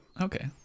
okay